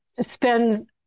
spend